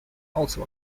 also